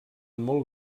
molt